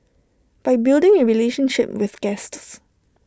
by building A relationship with guests